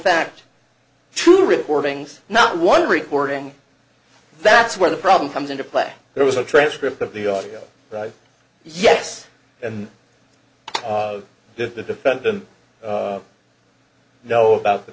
fact two recordings not one recording that's where the problem comes into play there was a transcript of the audio yes and the defendant you know about the